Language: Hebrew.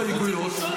ההסתייגויות,